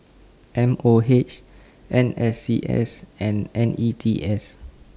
M O H N S C S and N E T S